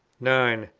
nine.